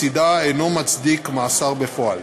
בצדה אינו מצדיק מאסר בפועל.